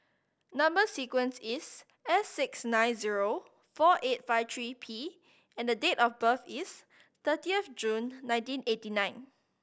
number sequence is S six nine zero four eight five three P and date of birth is thirtieth of June nineteen eighty nine